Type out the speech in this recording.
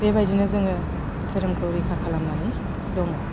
बेबायदिनो जोङो धोरोमखौ रैखा खालामनानै दङ